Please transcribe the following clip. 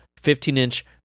15-inch